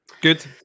Good